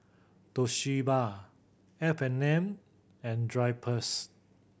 Toshiba F and N and Drypers